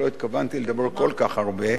אני לא התכוונתי לדבר כל כך הרבה,